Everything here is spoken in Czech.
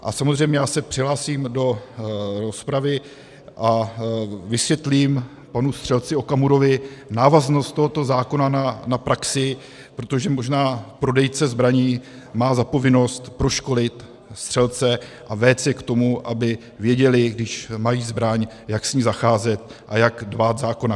Ale samozřejmě se přihlásím do rozpravy a vysvětlím panu střelci Okamurovi návaznost tohoto zákona na praxi, protože možná prodejce zbraní má za povinnost proškolit střelce a vést je k tomu, aby věděli, když mají zbraň, jak s ní zacházet a jak dbát zákona.